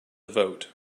vote